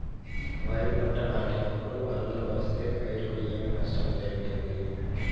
వరిపంట నాటినపుడు వరదలు వస్తే పైరుకు ఏమి నష్టం జరుగుతుంది?